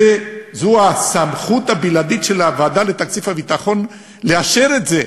זו הסמכות הבלעדית של הוועדה לתקציב הביטחון לאשר את זה,